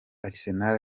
arsenal